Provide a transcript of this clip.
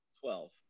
twelve